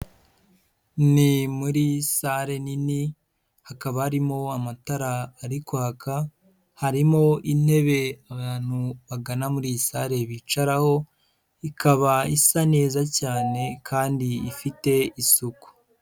Ni muri sale nini hakaba harimo amatara ari kwaka, harimo intebe abantu bagana muri iyi sale bicaraho ikaba isa neza cyane kandi ifite isuku.